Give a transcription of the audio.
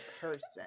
person